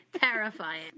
terrifying